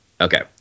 Okay